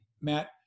Matt